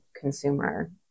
consumer